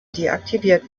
deaktiviert